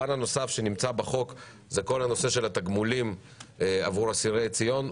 הפן הנוסף שנמצא בחוק זה כל הנושא של התגמולים עבור אסירי ציון,